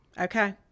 Okay